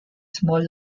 small